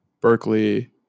Berkeley